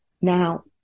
Now